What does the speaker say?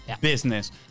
business